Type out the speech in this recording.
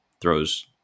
throws